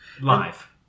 Live